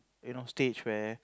you know stage where